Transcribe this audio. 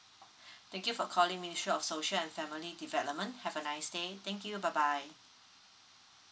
thank you for calling ministry of social and family development have a nice day thank you bye bye